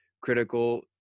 critical